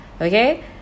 okay